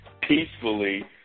peacefully